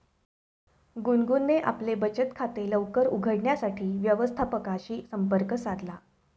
गुनगुनने आपले बचत खाते लवकर उघडण्यासाठी व्यवस्थापकाशी संपर्क साधला